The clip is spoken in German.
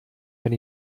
wenn